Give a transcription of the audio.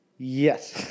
Yes